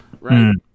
right